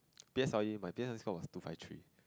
P_S_L_E my P_S_L_E score was two five three